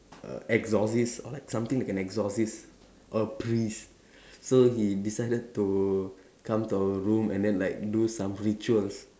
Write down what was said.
a exorcist or like something like an exorcist or a priest so he decided to come to our room and then like do some rituals